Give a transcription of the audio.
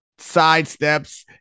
sidesteps